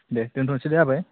दे दोन्थ'नोसै दे आबै